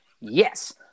yes